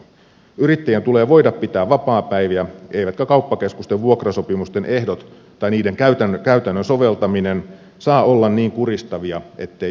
yrittäjien tulee voida pitää vapaapäiviä eivätkä kauppakeskusten vuokrasopimusten ehdot tai niiden käytännön soveltaminen saa olla niin kuristavia ettei yrittäjälle jää vapaapäivää